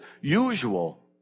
usual